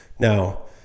Now